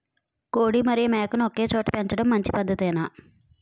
కోడి మరియు మేక ను ఒకేచోట పెంచడం మంచి పద్ధతేనా?